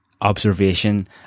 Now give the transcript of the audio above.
observation